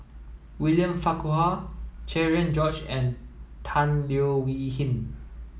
William Farquhar Cherian George and Tan Leo Wee Hin